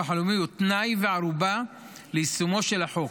הלאומי הוא תנאי וערובה ליישומו של החוק,